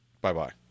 Bye-bye